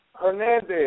Hernandez